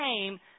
came